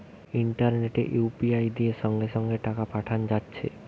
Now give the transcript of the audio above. ইন্টারনেটে ইউ.পি.আই দিয়ে সঙ্গে সঙ্গে টাকা পাঠানা যাচ্ছে